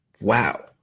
Wow